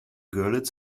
görlitz